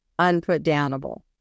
unputdownable